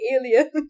alien